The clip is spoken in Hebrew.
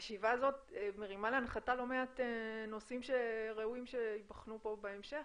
הישיבה הזאת מרימה להנחתה לא מעט נושאים שראויים שייבחנו פה בהמשך.